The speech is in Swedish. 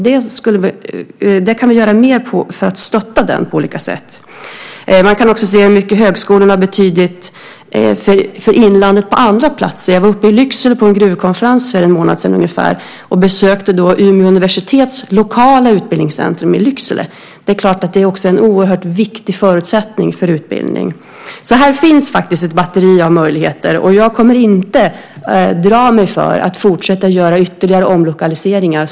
Vi kan göra mer för att stötta den på olika sätt. Man kan också se hur mycket högskolan har betytt för inlandet på andra platser. Jag var uppe i Lycksele på en gruvkonferens för ungefär en månad sedan och besökte då Umeå universitets lokala utbildningscentrum i Lycksele. Det är klart att det också är en oerhört viktig förutsättning för utbildning. Här finns faktiskt ett batteri av möjligheter. Och jag kommer inte att dra mig för att fortsätta göra ytterligare omlokaliseringar.